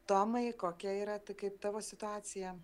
tomai kokia yra tai kaip tavo situacija